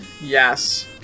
Yes